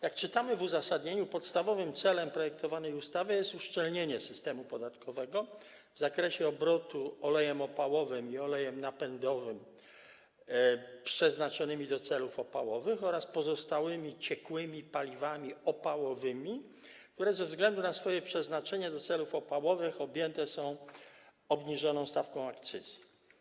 Jak czytamy w uzasadnieniu, podstawowym celem projektowanej ustawy jest uszczelnienie systemu podatkowego w zakresie obrotu olejem opałowym i olejem napędowym przeznaczonymi do celów opałowych oraz pozostałymi ciekłymi paliwami opałowymi, które ze względu na swoje przeznaczenie do celów opałowych objęte zostały obniżoną stawką akcyzy.